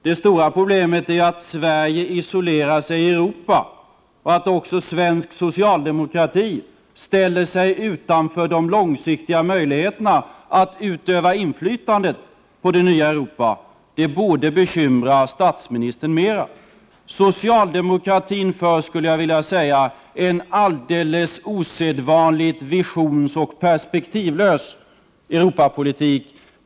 Det stora problemet, att Sverige isolerar sig i Europa och att också svensk socialdemokrati ställer sig utanför de långsiktiga möjligheterna att utöva inflytande på det nya Europa, borde bekymra statsministern mera. Socialdemokratin för, skulle jag vilja säga, en alldeles osedvanligt visionsoch perspektivlös Europapolitik.